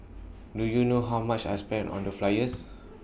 do you know how much I spent on the flyers